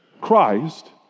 Christ